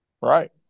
Right